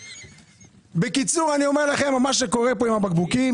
בקיצור, מה שקורה פה עם הבקבוקים